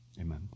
amen